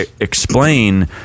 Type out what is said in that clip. explain